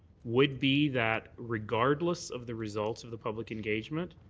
would be that regardless of the results of the public engagement,